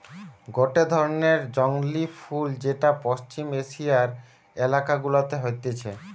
গটে ধরণের জংলী ফুল যেটা পশ্চিম এশিয়ার এলাকা গুলাতে হতিছে